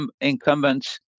incumbents